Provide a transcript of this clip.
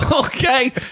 Okay